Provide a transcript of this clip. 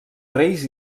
reis